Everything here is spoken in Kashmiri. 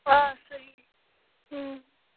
آ صحیح